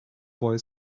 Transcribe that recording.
boy